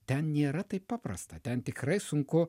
ten nėra taip paprasta ten tikrai sunku